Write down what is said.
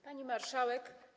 Pani Marszałek!